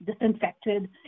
disinfected